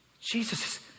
Jesus